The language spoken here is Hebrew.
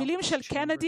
המילים של קנדי